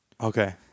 Okay